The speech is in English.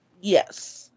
Yes